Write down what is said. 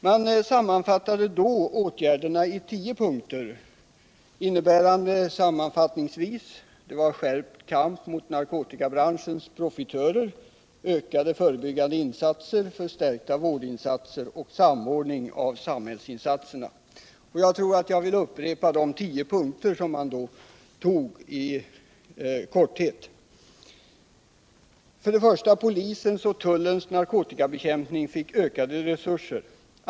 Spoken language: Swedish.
Man sammanfattade då åtgärderna i tio punkter, innebärande sammanfattningsvis: skärpt kamp mot narkotikabranschens profitörer, ökade förebyggande insatser, förstärkta vårdinsatser och samordning av samhällsinsatserna. Jag vill i korthet upprepa de tio punkterna från 1969. 1. Polisens och tullens narkotikabekämpning fick ökade resurser.